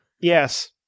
Yes